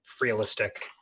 realistic